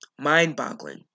Mind-boggling